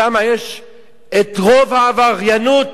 שם רוב העבריינות